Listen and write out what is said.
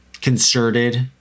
concerted